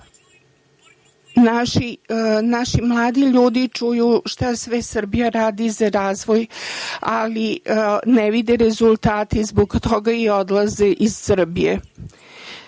Naši mladi ljudi čuju šta sve Srbija radi za razvoj, ali ne vide rezultate i zbog toga odlaze iz